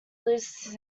loses